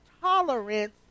tolerance